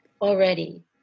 already